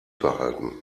behalten